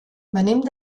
venim